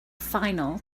final